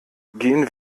gehen